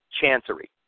Chancery